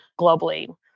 globally